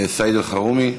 סעיד אלחרומי,